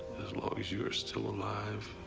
as long as you are still alive,